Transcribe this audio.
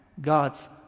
God's